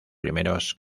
primeros